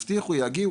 הבטיחו שיגיע,